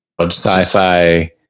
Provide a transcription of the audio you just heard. sci-fi